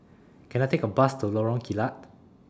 Can I Take A Bus to Lorong Kilat